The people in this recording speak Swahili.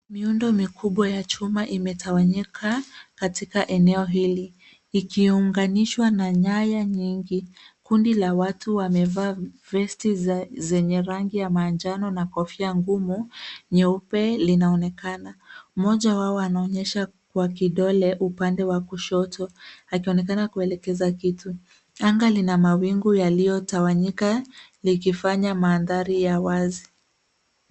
Miundo mikubwa ya chuma imetawanyika katika eneo hili ikiunganishwa na nyaya nyingi. Kundi la watu wamevaa vesti zenye rangi ya manjano na kofia ngumu nyeupe linaonekana. Mmoja wao anaonyesha kwa kidole upande wa kushoto akionekana kuelekeza kitu. Anga lina mawingu yaliyotawanyika likifanya mandhari ya wazi.